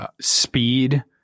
speed